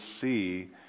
see